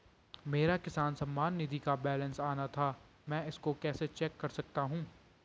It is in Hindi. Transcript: मेरा किसान सम्मान निधि का बैलेंस आना था मैं इसको कैसे चेक कर सकता हूँ?